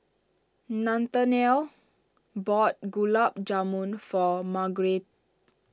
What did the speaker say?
Nathaniel bought Gulab Jamun for